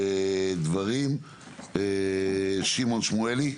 שמעון שמואלי.